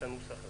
הנוסח הזה?